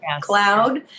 cloud